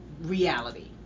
reality